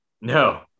No